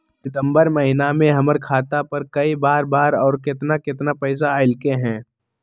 सितम्बर महीना में हमर खाता पर कय बार बार और केतना केतना पैसा अयलक ह?